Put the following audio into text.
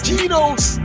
Geno's